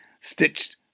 stitched